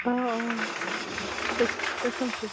اَوا اَوا تُہۍ تُہۍ کٕم چھِو